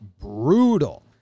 brutal